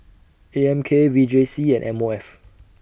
A M K V J C and M O F